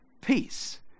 peace